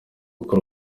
gukora